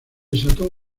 desató